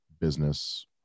business